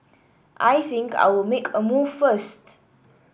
I think I'll make a move first